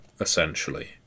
essentially